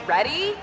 Ready